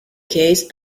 case